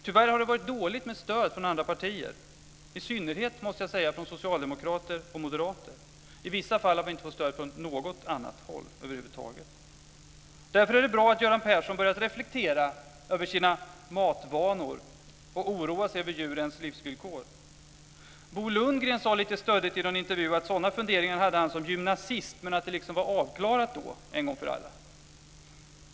Tyvärr har det varit dåligt med stöd från andra partier, i synnerhet - det måste jag säga - från socialdemokrater och moderater. I vissa fall har vi inte fått stöd från något annat håll över huvud taget. Därför är det bra att Göran Persson börjat reflektera över sina matvanor och oroa sig över djurens livsvillkor. Bo Lundgren sade lite stöddigt i någon intervju att han hade sådana funderingar som gymnasist men att det liksom var avklarat då, en gång för alla.